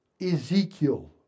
Ezekiel